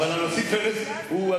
אבל הנשיא פרס הוא,